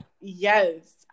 Yes